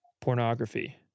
Pornography